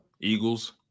eagles